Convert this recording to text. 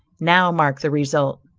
now mark the result.